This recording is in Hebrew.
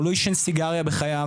הוא לא עישן סיגריה בחייו,